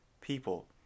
people